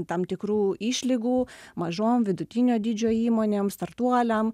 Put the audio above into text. tam tikrų išlygų mažom vidutinio dydžio įmonėm startuoliam